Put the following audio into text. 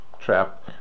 trap